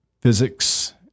Physics